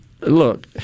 look